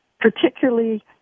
particularly